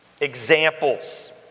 Examples